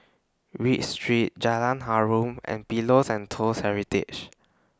Read Street Jalan Harum and Pillows and Toast Heritage